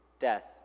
death